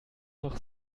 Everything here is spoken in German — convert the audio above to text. noch